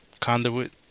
conduit